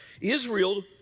Israel